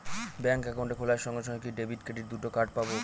Bank account খোলার সঙ্গে সঙ্গে কি ডেবিট ক্রেডিট দুটো কার্ড পাবো?